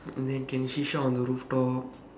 then can shisha on the rooftop